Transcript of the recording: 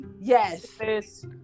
Yes